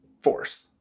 force